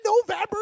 November